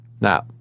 Now